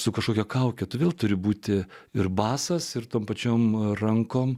su kažkokia kauke todėl turi būti ir basas ir tom pačiom rankom